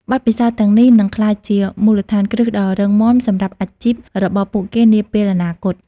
បទពិសោធន៍ទាំងនេះនឹងក្លាយជាមូលដ្ឋានគ្រឹះដ៏រឹងមាំសម្រាប់អាជីពរបស់ពួកគេនាពេលអនាគត។